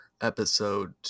episode